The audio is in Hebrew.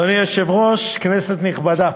אדוני היושב-ראש, כנסת נכבדה,